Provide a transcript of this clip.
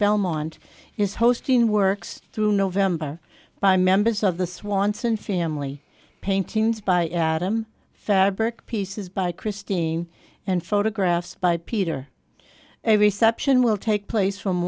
belmont is hosting works through november by members of the swanson family paintings by adam fabric pieces by christine and photographs by peter a reception will take place from